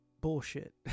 bullshit